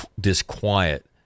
disquiet